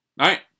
right